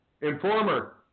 Informer